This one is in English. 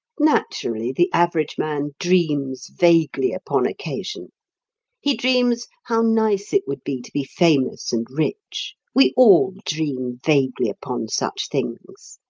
naturally the average man dreams vaguely, upon occasion he dreams how nice it would be to be famous and rich. we all dream vaguely upon such things.